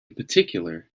particular